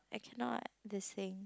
I cannot this thing